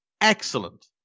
excellent